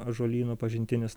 ąžuolyno pažintinis